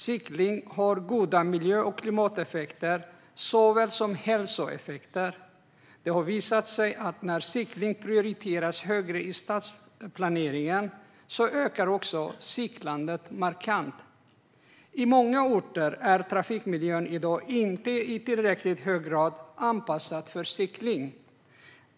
Cykling har såväl goda miljö och klimateffekter som goda hälsoeffekter. Det har visat sig att när cykling prioriteras högre i stadsplaneringen ökar också cyklandet markant. I många orter är trafikmiljön i dag inte i tillräckligt hög grad anpassad för cykling.